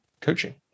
coaching